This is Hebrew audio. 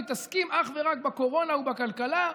מתעסקים אך ורק בקורונה ובכלכלה,